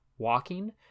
walking